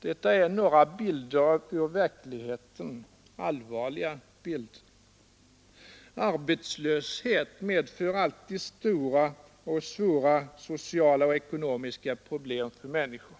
Detta är några allvarliga bilder ur verkligheten. Arbetslöshet medför alltid stora och svåra sociala och ekonomiska problem för människor.